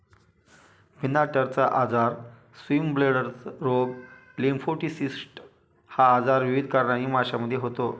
फिनार्टचा आजार, स्विमब्लेडर रोग, लिम्फोसिस्टिस हा आजार विविध कारणांनी माशांमध्ये होतो